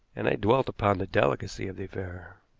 and i dwelt upon the delicacy of the affair.